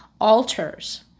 Altars